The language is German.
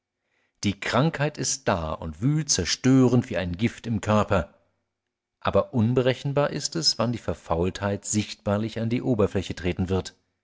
die krankheit ist da und wühlt zerstörend wie ein gift im körper aber unberechenbar ist es wann die verfaultheit sichtbarlich an die oberfläche treten wird